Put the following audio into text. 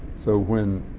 so when